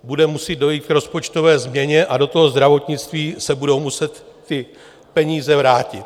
Bude muset dojít k rozpočtové změně a do zdravotnictví se budou muset ty peníze vrátit.